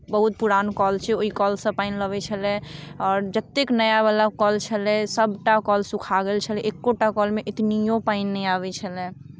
बहुत पुरान कल छै ओहि कलसँ पानि लबै छलै आओर जतेक नयावला कल छलै सभटा कल सुखा गेल छलै एक्को टा कलमे एतनियो पानि नहि आबै छलै